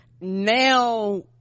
now